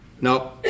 No